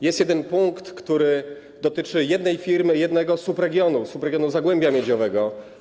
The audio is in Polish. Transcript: Jest jeden punkt, który dotyczy jednej firmy, jednego subregionu, subregionu Zagłębia Miedziowego.